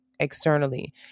externally